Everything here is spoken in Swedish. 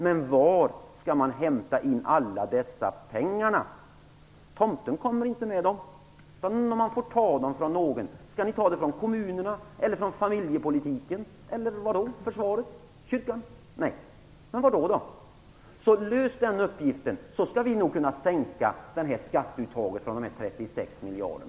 Men var skall vi hämta in alla dessa pengar? Tomten kommer inte med dem. De måste tas från någon. Skall ni ta dem från kommunerna eller från familjepolitiken? Eller kanske från försvaret eller kyrkan? Om ni löser den uppgiften kan vi nog sänka skatteuttaget på 36 miljarder.